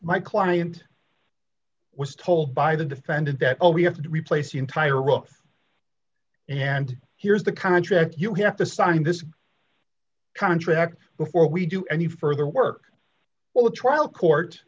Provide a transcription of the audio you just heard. my client was told by the defendant that oh we have to replace the entire rock and here's the contract you have to sign this contract before we do any further work while the trial court